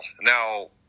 Now